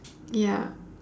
ya